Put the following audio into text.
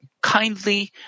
kindly